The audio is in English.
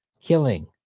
killing